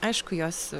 aišku jos